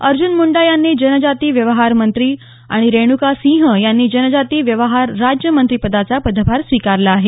अर्जुन मुंडा यांनी जनजाती व्यवहार मंत्री आणि रेणुका सिंह यांनी जनजाती व्यवहार राज्यमंत्रीपदाचा पदभार स्वीकारला आहे